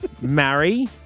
marry